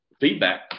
feedback